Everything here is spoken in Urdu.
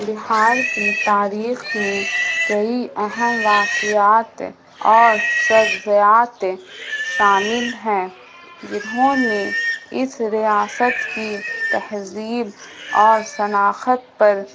بہار کی تاریخ میں کئی اہم واقعات اور سبزیات شامل ہیں جنہوں نے اس ریاست کی تہذیب اور شناخت پر